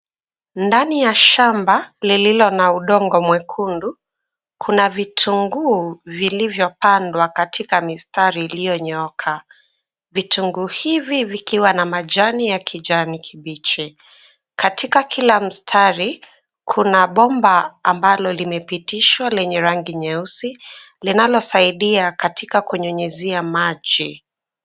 Ndani ya shamba lililo na udongo mwekundu. Kuna vitunguu vilivyopandwa katika mistari iliyonyooka, vitunguu hivi vikiwa na majani ya kijani kibichi. Katika kila mstari kuna bomba ambalo limepitishwa lenye rangi nyeusi linalosaidia katika kunyunyizia maji.